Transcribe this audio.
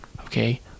Okay